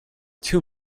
too